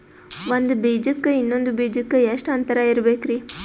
ಒಂದ್ ಬೀಜಕ್ಕ ಇನ್ನೊಂದು ಬೀಜಕ್ಕ ಎಷ್ಟ್ ಅಂತರ ಇರಬೇಕ್ರಿ?